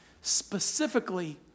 specifically